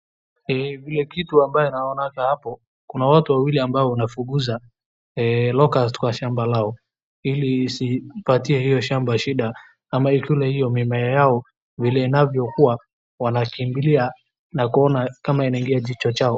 Vile kitu ambayo naona hapo kuna watu wawili ambao wanafukuza locust kwa shamba lao ili isipatie hiyo shamba shida ama ikule hiyo mimea yao vile inavyo kua wanakimbilia na kuona kama inaingia jicho chao.